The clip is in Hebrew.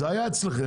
זה היה אצלכם?